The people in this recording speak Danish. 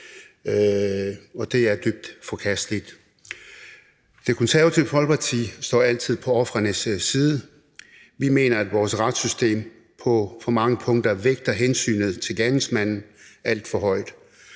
og det er dybt forkasteligt. Det Konservative Folkeparti står altid på ofrenes side. Vi mener, at vores retssystem på for mange punkter vægter hensynet til gerningsmanden alt for højt.